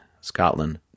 Scotland